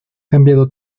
cambiado